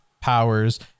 powers